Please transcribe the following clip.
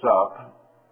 up